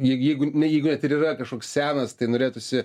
juk jeigu net jeigu ir yra kažkoks senas tai norėtųsi